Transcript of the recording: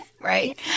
Right